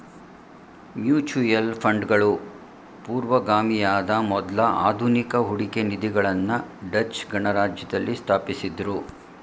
mutual ಫಂಡ್ಗಳು ಪೂರ್ವಗಾಮಿಯಾದ ಮೊದ್ಲ ಆಧುನಿಕ ಹೂಡಿಕೆ ನಿಧಿಗಳನ್ನ ಡಚ್ ಗಣರಾಜ್ಯದಲ್ಲಿ ಸ್ಥಾಪಿಸಿದ್ದ್ರು